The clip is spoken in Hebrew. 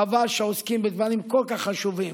חבל שעוסקים בדברים כל כך חשובים